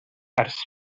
ers